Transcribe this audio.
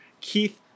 Keith